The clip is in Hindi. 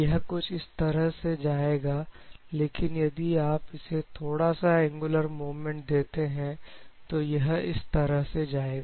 यह कुछ इस तरह से जाएगा लेकिन यदि आप इसे थोड़ा सा एंगुलर मूवमेंट देते हैं तो यह इस तरह से जाएगा